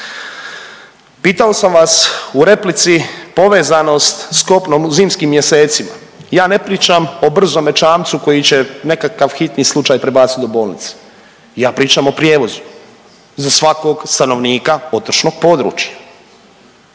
Pitao sam vas u replici, povezanost s kopnom u zimskim mjesecima, ja ne pričam o brzome čamcu koji će nekakav hitni slučaj prebaciti do bolnice. Ja pričam o prijevozu za svakog stanovnika otočnog područja.